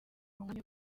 umwanya